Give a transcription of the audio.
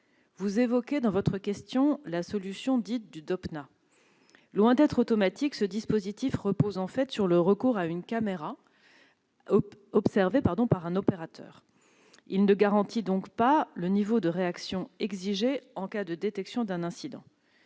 Vous évoquez dans votre question la solution dite du Dopna. Loin d'être automatique, ce dispositif repose en fait sur le recours à une caméra observée par un opérateur. Il ne garantit donc pas le niveau de réaction exigé en cas de détection d'un incident.